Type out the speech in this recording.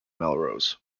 melrose